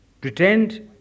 Pretend